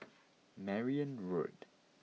Merryn Road